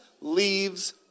leaves